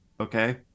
okay